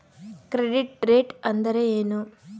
Credit rate ಅಂದರೆ ಏನು?